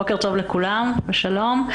בוקר טוב לכולם ושלום.